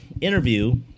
interview